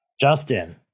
Justin